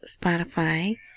Spotify